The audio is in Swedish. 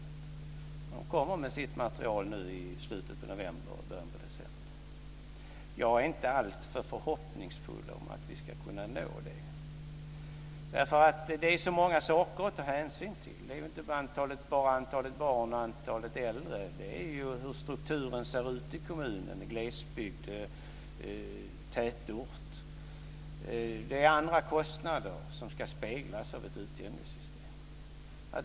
Den kommer med sitt material i slutet av november eller början av december. Jag är inte alltför förhoppningsfull om att vi ska kunna nå detta. Det finns så många saker att ta hänsyn till. Det är inte bara antalet barn och antalet äldre. Det är hur strukturen ser ut i kommunen, t.ex. glesbygd eller tätort. Det är andra kostnader som ska speglas av ett utjämningssystem.